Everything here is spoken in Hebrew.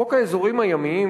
חוק האזורים הימיים,